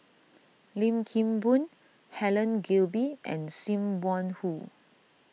Lim Kim Boon Helen Gilbey and Sim Wong Hoo